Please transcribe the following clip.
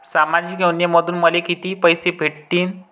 सामाजिक योजनेमंधून मले कितीक पैसे भेटतीनं?